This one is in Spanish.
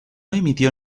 emitió